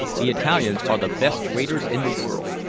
the italians are the best waiters in the world.